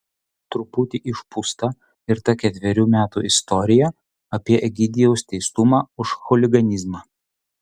truputį išpūsta ir ta ketverių metų istorija apie egidijaus teistumą už chuliganizmą